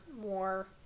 more